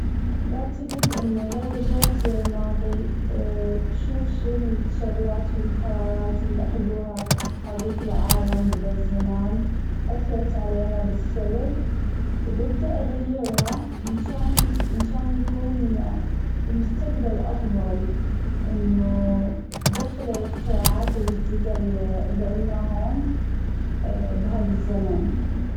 بعتجد أنه لو رجعت للماضي بشوف شو الشغلات والقرارات اللى أخذوها هاذيك العالم بذا الزمان أثرت علينا بالسلب وببدأ أغيرها منشان- منشان يكون المستقبل أفظل إنه بدخل الأختراعات الجديدة اللى عنا هون بهذا الزمان.